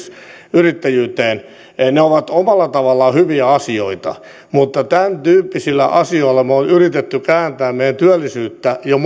yrittäjyyteen ovat omalla tavallaan hyviä asioita mutta tämäntyyppisillä asioilla me olemme yrittäneet kääntää meidän työllisyyttä jo